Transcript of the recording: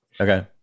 Okay